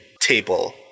table